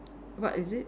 what is it